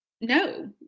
no